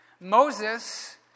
Moses